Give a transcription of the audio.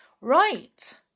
Right